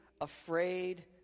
afraid